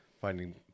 finding